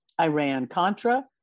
Iran-Contra